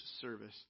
service